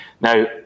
Now